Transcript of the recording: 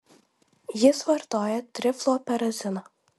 jis vartoja trifluoperaziną